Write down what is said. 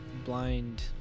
blind